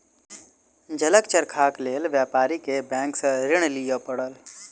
जलक चरखाक लेल व्यापारी के बैंक सॅ ऋण लिअ पड़ल